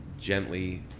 gently